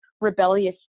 rebellious